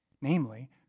Namely